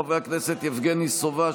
חברי הכנסת יבגני סובה,